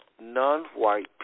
non-white